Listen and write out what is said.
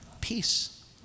Peace